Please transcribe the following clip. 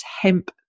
Hemp